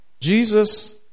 Jesus